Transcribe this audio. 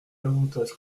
l’avantage